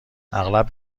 اغلب